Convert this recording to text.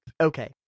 Okay